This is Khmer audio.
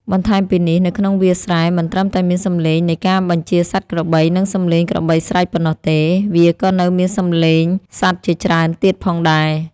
បន្ថែមពីនេះ នៅក្នុងវាលស្រែមិនត្រឹមតែមានសំឡេងនៃការបញ្ជាសត្វក្របី និងសំឡេងក្របីស្រែកប៉ុណ្ណោះទេ វាក៏នៅមានសំឡេងសត្វជាច្រើនទៀតផងដែរ។